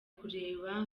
kureba